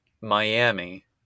Miami